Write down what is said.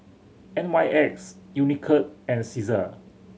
N Y X Unicurd and Cesar